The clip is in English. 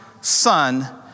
Son